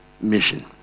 mission